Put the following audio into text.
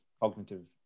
cognitive